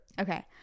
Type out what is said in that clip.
Okay